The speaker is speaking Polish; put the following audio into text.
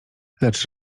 lecz